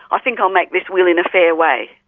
i think i'll make this will in a fair way.